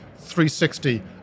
360